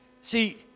See